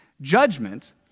Judgment